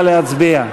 להצביע.